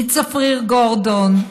צפריר גורדון,